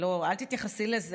אל תתייחסי לזה.